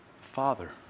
father